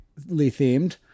themed